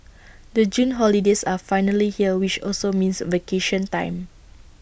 the June holidays are finally here which also means vacation time